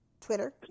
Twitter